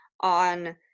on